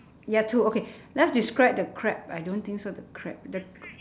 you got two okay let's describe the crab I don't think so the crab the